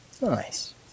Nice